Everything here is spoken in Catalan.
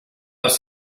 les